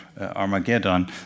Armageddon